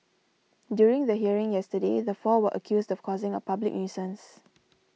during the hearing yesterday the four were accused of causing a public nuisance